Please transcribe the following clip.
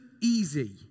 easy